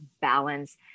balance